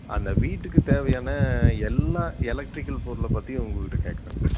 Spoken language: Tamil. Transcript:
அந்த வீட்டுக்கு தேவையான எல்லா எலெக்ட்ரிகல் பொருளை பற்றியும் உங்கள் கிட்ட கேட்கணுங்கண்ணா